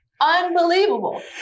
unbelievable